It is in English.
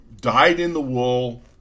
dyed-in-the-wool